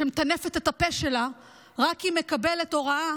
שמטנפת את הפה שלה רק כי היא מקבלת הוראה